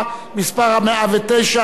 עם השלכות המשבר בכלכלה העולמית (תיקוני חקיקה),